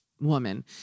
woman